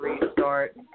restart